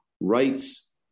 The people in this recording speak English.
rights